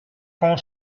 con